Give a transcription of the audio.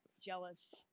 jealous